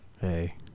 Hey